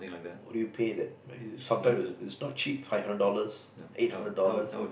what do you pay that it's sometimes it's not cheap five hundred dollars eight hundred dollars